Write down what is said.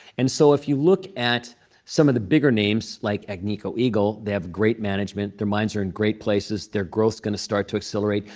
and so if you look at some of the bigger names, like agnico eagle, they have great management. their mines are in great places. their growth's going to start to accelerate.